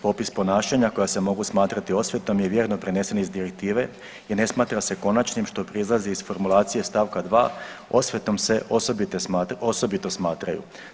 Popis ponašanja koja se mogu smatrati osvetom je vjerno prenesen iz direktive i ne smatra se konačnim što proizlazi iz formulacije stavka 2. osvetom se osobito smatraju.